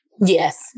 Yes